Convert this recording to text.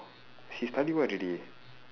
she study what already